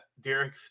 Derek